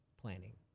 planning